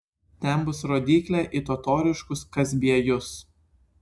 ten bus rodyklė į totoriškus kazbiejus